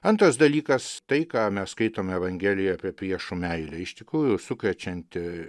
antras dalykas tai ką mes skaitome evangelija apie priešų meilę iš tikrųjų sukrečianti